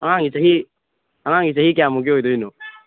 ꯑꯉꯥꯡꯁꯤ ꯆꯍꯤ ꯑꯉꯥꯡꯁꯤ ꯆꯍꯤ ꯀꯌꯥꯃꯨꯛꯀꯤ ꯑꯣꯏꯗꯣꯏꯅꯣ